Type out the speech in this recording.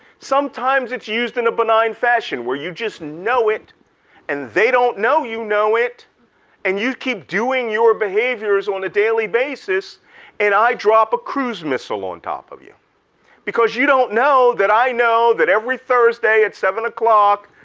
sometimes it's used in a benign fashion where you just know it and they don't know you know it and you keep doing your behaviors on a daily basis and i drop a cruise missile on top of you because you don't know that i know that every thursday at seven o'clock,